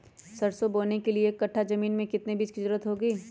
सरसो बोने के एक कट्ठा जमीन में कितने बीज की जरूरत होंगी?